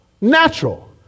natural